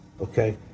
okay